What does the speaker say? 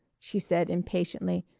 she said impatiently,